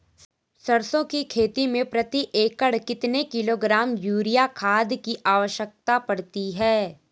सरसों की खेती में प्रति एकड़ कितने किलोग्राम यूरिया खाद की आवश्यकता पड़ती है?